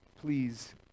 please